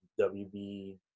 WB